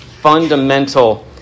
fundamental